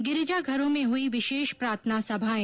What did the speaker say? गिरिजाघरों में हुई विशेष प्रार्थना सभाएं